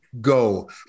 go